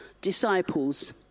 disciples